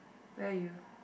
where are you